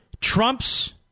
Trump's